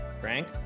Frank